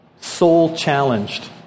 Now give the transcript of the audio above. soul-challenged